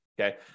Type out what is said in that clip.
Okay